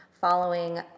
following